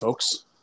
Folks